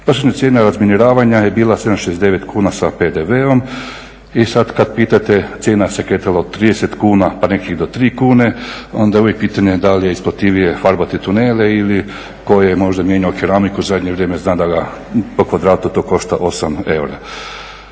…/Govornik se ne razumije./… kuna sa PDV-om i sada kada pitate cijena se kretala od 30 kuna pa nekih do tri kune. Onda je uvijek pitanje da li je isplativije farbati tunele ili tko je možda mijenjao keramiku u zadnje vrijeme zna da ga po kvadratu to koša 8 eura.